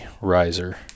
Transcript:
riser